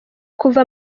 kuva